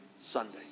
Sunday